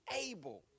able